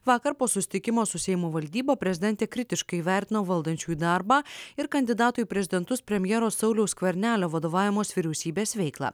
vakar po susitikimo su seimo valdyba prezidentė kritiškai įvertino valdančiųjų darbą ir kandidatų į prezidentus premjero sauliaus skvernelio vadovaujamos vyriausybės veiklą